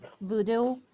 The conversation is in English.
voodoo